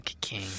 king